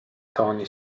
tony